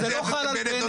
זה לא חל על בנט.